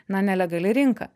na nelegali rinka